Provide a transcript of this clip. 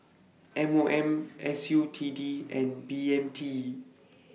M O M S U T D and B M T